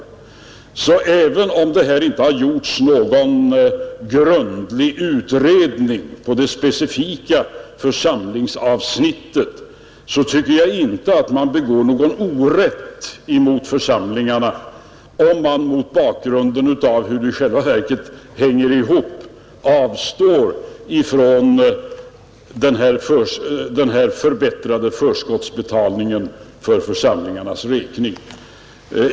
Även om det alltså inte gjorts någon grundlig utredning speciellt på församlingsavsnittet tycker jag inte att man begår någon orätt mot församlingarna, därest man mot bakgrunden av hur det i själva verket hänger ihop avstår från den förbättrade förskottsbetalningen för deras räkning.